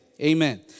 Amen